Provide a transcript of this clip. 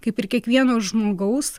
kaip ir kiekvieno žmogaus